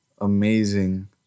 amazing